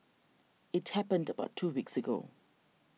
it happened about two weeks ago